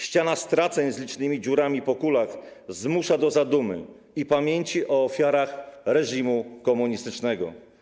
Ściana straceń z licznymi dziurami po kulach zmusza do zadumy i pamięci o ofiarach reżymu komunistycznego.